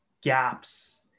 gaps